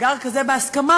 מאגר כזה בהסכמה,